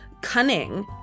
cunning